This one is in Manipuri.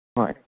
ꯍꯣꯏ